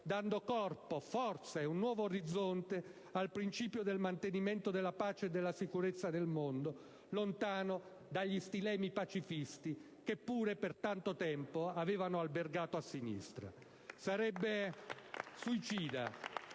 dando corpo, forza e un nuovo orizzonte al principio del mantenimento della pace e della sicurezza nel mondo, lontano dagli stilemi pacifisti che pure per tanto tempo avevano albergato a sinistra. *(Applausi dal